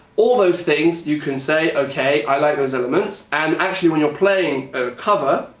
all those things you can say, okay, i like those elements. and actually when you're playing a cover,